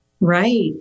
Right